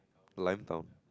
lime down